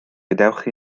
gadewch